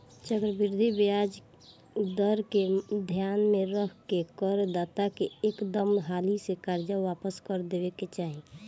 चक्रवृद्धि ब्याज दर के ध्यान में रख के कर दाता के एकदम हाली से कर्जा वापस क देबे के चाही